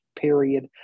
period